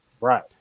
Right